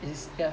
it's yeah